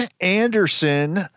Anderson